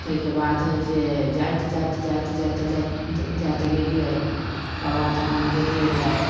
ताहिके बाद जे जाइत जाइत जाइत जाइत जाइत जाइत गेलियै बाबाधाम गेलियै तऽ